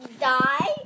Die